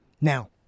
Now